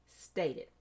stated